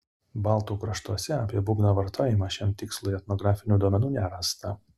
baltų kraštuose apie būgno vartojimą šiam tikslui etnografinių duomenų nerasta